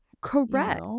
correct